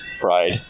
fried